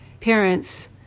parents